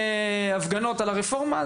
הפגנות על הרפורמה,